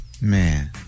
Man